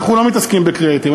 אנחנו לא עוסקים בקריאטיב,